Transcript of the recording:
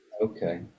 Okay